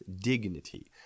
dignity